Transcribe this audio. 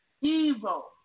Evil